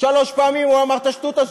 שלוש פעמים הוא אמר את השטות הזאת.